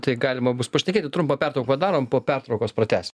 tai galima bus pašnekėti trumpą pertrauką padarom po pertraukos pratęsim